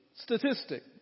statistic